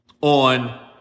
on